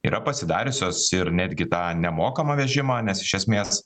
yra pasidariusios ir netgi tą nemokamą vežimą nes iš esmės